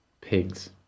Pigs